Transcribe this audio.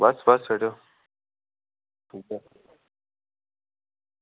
बस बस यरो